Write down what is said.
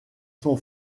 son